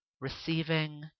receiving